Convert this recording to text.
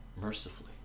mercifully